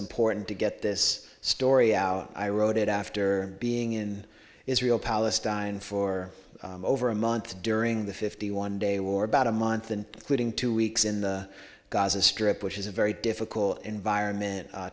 important to get this story out i wrote it after being in israel palestine for over a month during the fifty one day war about a month and getting two weeks in the gaza strip which is a very difficult environment